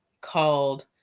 called